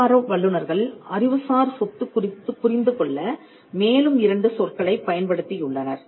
பொருளாதார வல்லுனர்கள் அறிவுசார் சொத்து குறித்து புரிந்துகொள்ள மேலும் 2 சொற்களைப் பயன்படுத்தியுள்ளனர்